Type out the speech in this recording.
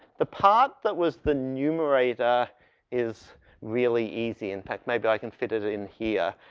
the part that was the numerator is really easy. in fact maybe i can fit it in here.